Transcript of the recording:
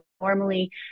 normally